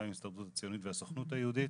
גם עם הסתדרות הציונית והסוכנות היהודית.